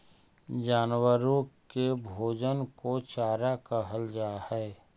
जानवरों के भोजन को चारा कहल जा हई